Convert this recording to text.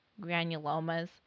granulomas